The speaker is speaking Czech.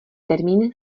termín